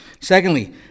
Secondly